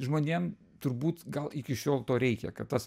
žmonėm turbūt gal iki šiol to reikia kad tas